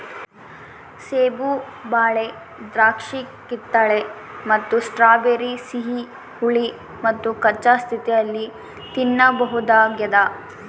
ಸೇಬು ಬಾಳೆ ದ್ರಾಕ್ಷಿಕಿತ್ತಳೆ ಮತ್ತು ಸ್ಟ್ರಾಬೆರಿ ಸಿಹಿ ಹುಳಿ ಮತ್ತುಕಚ್ಚಾ ಸ್ಥಿತಿಯಲ್ಲಿ ತಿನ್ನಬಹುದಾಗ್ಯದ